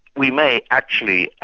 we may actually,